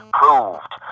proved